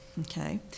okay